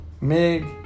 mig